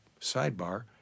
sidebar